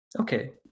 Okay